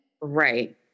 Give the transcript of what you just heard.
Right